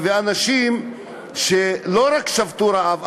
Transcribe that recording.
אנשים שלא רק שבתו רעב,